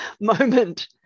moment